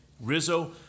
Rizzo